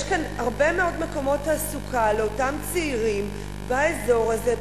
יש כאן הרבה מאוד מקומות תעסוקה לאותם צעירים באזור הזה,